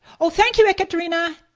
oh thank you katerina!